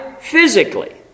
physically